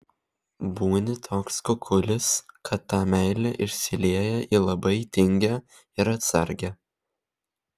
būni toks kukulis kad ta meilė išsilieja į labai tingią ir atsargią